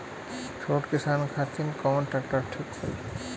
छोट किसान खातिर कवन ट्रेक्टर ठीक होई?